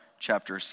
Chapter